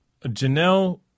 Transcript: Janelle